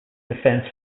defense